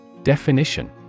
Definition